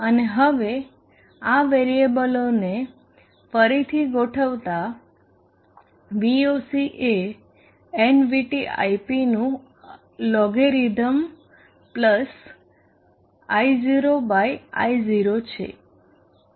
અને હવે આ વેરીએબલોને ફરી થી ગોઠવતા Voc એ nVT ip નું logarithm plus I0 by I0 છે